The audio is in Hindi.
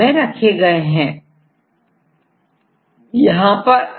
यहां पर अधिकतर एवरेज लेंथ प्रोटीन है